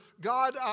God